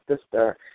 sister